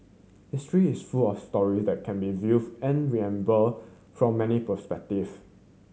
history is full of story that can be viewed and remember from many perspective